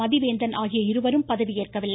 மதிவேந்தன் ஆகிய இருவரும் பதவியேற்கவில்லை